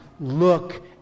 look